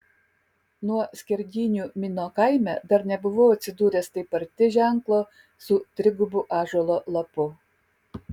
nuo skerdynių mino kaime dar nebuvau atsidūręs taip arti ženklo su trigubu ąžuolo lapu